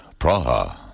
Praha